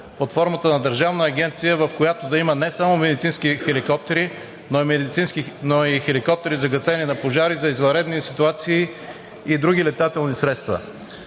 под формата на държавна агенция, в която да има не само медицински хеликоптери, но и хеликоптери за гасене на пожари, за извънредни ситуации и други летателни средства.